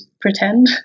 pretend